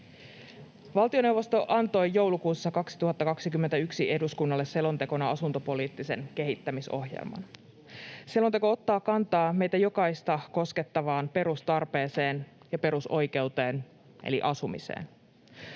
Valtioneuvosto antoi joulukuussa 2021 eduskunnalle selontekona asuntopoliittisen kehittämisohjelman. Selonteko ottaa kantaa meitä jokaista koskettavaan perustarpeeseen ja perusoikeuteen eli asumiseen.